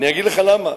אני אגיד לך למה.